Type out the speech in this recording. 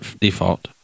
default